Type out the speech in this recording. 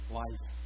life